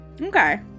Okay